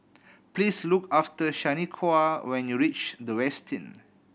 please look after Shaniqua when you reach The Westin